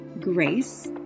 grace